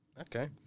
Okay